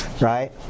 Right